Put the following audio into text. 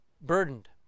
burdened